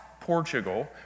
Portugal